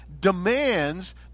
demands